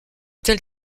tel